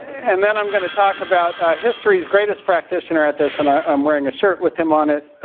and then i'm going to talk about, history's greatest practitioner at this, and i'm wearing a shirt with him on it,